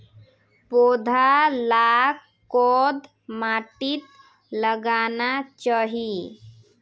पौधा लाक कोद माटित लगाना चही?